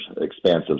expansive